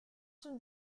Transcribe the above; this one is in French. sont